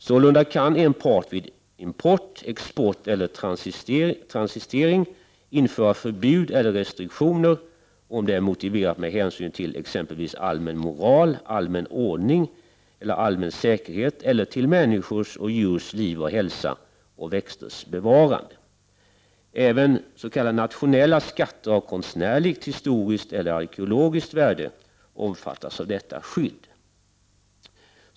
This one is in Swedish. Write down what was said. Sålunda kan en part vid import, export eller transistering införa förbud eller restriktioner om detta är motiverat med hänsyn till exempelvis allmän moral, allmän ordning eller allmän säkerhet, människors och djurs liv och hälsa samt växters bevarande. Även s.k. nationella skatter av konstnärligt, historiskt eller arkeologiskt värde omfattas av detta skydd.